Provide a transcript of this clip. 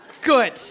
Good